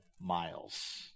miles